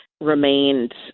remained